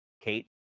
Kate